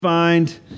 Find